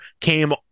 came